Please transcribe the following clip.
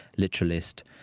literalist,